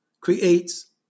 creates